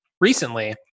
recently